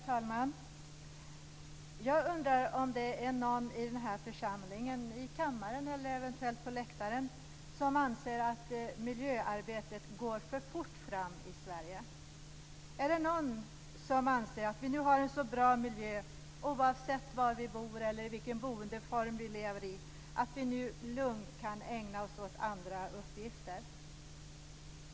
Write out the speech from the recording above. Herr talman! Jag undrar om det är någon i den här församlingen, i kammaren eller på läktaren, som anser att miljöarbetet går för fort fram i Sverige. Är det någon som anser att vi nu har en så bra miljö, oavsett var vi bor eller vilken boendeform vi lever i, att vi lugnt kan ägna oss åt andra uppgifter?